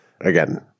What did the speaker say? Again